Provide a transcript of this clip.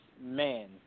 man